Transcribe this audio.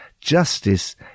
Justice